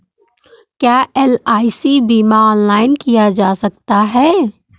क्या एल.आई.सी बीमा ऑनलाइन किया जा सकता है?